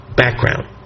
background